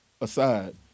aside